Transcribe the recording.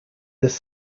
this